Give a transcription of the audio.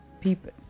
people